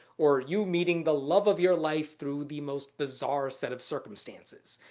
or you meeting the love of your life through the most bizarre set of circumstances.